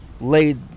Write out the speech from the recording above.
laid